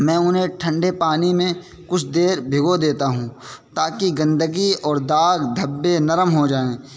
میں انہیں ٹھنڈے پانی میں کچھ دیر بھگو دیتا ہوں تاکہ گندگی اور داغ دھبے نرم ہو جائیں